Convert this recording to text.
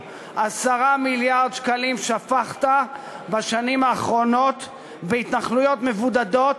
10 מיליארד שקלים שפכת בשנים האחרונות בהתנחלויות מבודדות,